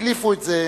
הדליפו את זה